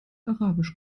arabisch